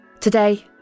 Today